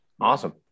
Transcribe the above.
awesome